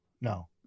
No